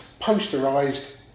posterised